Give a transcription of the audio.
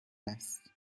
است